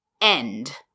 end